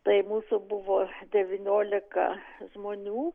tai mūsų buvo devyniolika žmonių